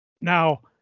Now